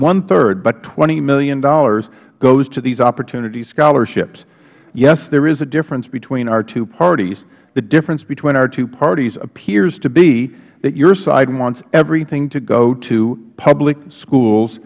one third but twenty dollars million goes to these opportunity scholarships yes there is a difference between our two parties the difference between our two parties appears to be that your side wants everything to go to public schools